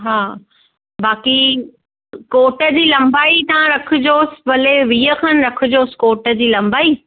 हा बाकी कोट जी लंबाई तव्हां रखिजोसि भले वीह खनि रखिजोसि कोट जी लंबाई